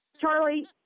Charlie